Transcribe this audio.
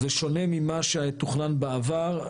זה שונה ממה שתוכנן בעבר,